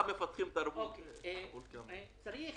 צריך